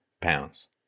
pounds